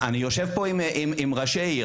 אני יושב פה עם ראשי עיר.